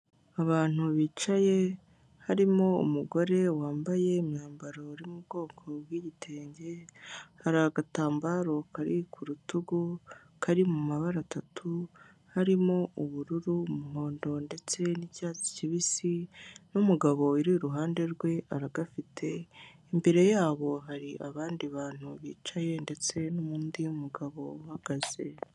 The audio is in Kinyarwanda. Abantu bicaye harimo umugore wambaye imwambaro uri mu bwoko bw'igitenge ,hari agatambaro Kari k'urutugu Kari mu mabara atatu harimo ubururu, umuhondo ndetse n'icyatsi kibisi n'umugabo uri iruhande rwe aragafite .Mbere yabo hari abandi bantu bicaye ndetse n'ubundi mugabo uhagaze.